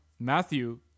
Matthew